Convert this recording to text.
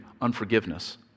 unforgiveness